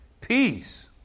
Peace